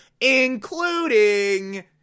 including